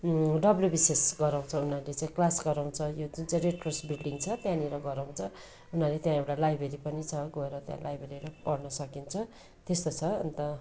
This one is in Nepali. डब्लुबिसिएस गराउँछ उनीहरूले चाहिँ क्लास गराउँछ यो जुन चाहिँ रेड क्रस बिल्डिङ छ त्यहाँनिर गराउँछ उनीहरूले त्यहाँ एउटा लाइबेरी पनि छ गएर त्यहाँ लाइबेरीहरू पढ्नु सकिन्छ त्यस्तो छ अन्त